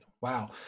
Wow